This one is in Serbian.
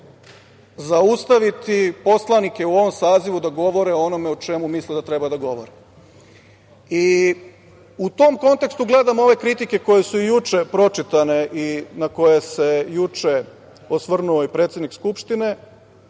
zaustaviti poslanike u ovom sazivu da govore o onome o čemu misle da treba da govore.U tom kontekstu gledamo ove kritike koje su juče pročitane i na koje se juče osvrnuo i predsednik Skupštine,